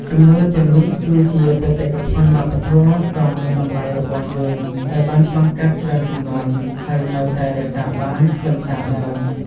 ជំនឿទាំងនេះគឺជាបេតិកភណ្ឌវប្បធម៌ដ៏មានតម្លៃរបស់យើងដែលបានឆ្លងកាត់ច្រើនជំនាន់ ហើយនៅតែរក្សាបានខ្លឹមសារដើម។